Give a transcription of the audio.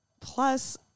plus